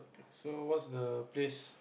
so what's the place